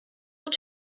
will